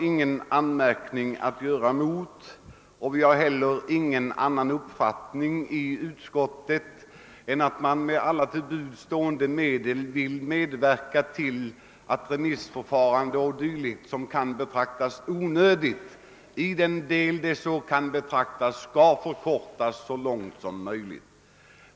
Inom utskottet har vi ingen annan uppfattning än att vi med alla till buds stående medel vill medverka till att remissförfarande och dylikt som i vissa fall kan betraktas som onödigt skall undvikas så mycket som möjligt.